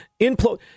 implode